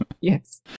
Yes